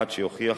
עד שיוכיח